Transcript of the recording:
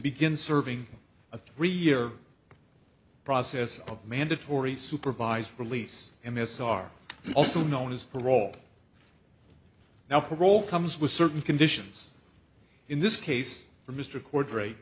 begin serving a three year process of mandatory supervised release m s r also known as parole now parole comes with certain conditions in this case for mr cordra